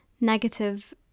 negative